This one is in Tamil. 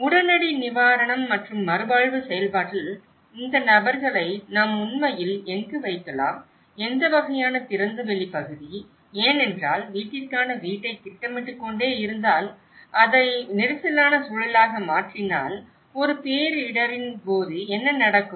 உடனடி நிவாரணம் மற்றும் மறுவாழ்வு செயல்பாட்டில் இந்த நபர்களை நாம் உண்மையில் எங்கு வைக்கலாம் எந்த வகையான திறந்தவெளி பகுதி ஏனென்றால் வீட்டிற்கான வீட்டைத் திட்டமிட்டுக் கொண்டே இருந்தால் அதை நெரிசலான சூழலாக மாற்றினால் ஒரு பேரிடிரின் போது என்ன நடக்கும்